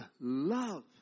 love